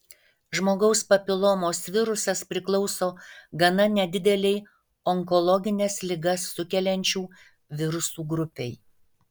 žmogaus papilomos virusas priklauso gana nedidelei onkologines ligas sukeliančių virusų grupei